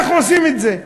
איך עושים את זה?